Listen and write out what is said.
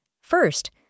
First